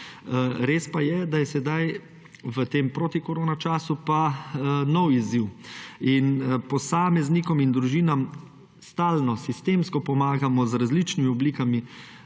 Res pa je, da je sedaj, v tem protikoronačasu pa nov izziv in posameznikom in družinam stalno sistemsko pomagamo z različnimi oblikami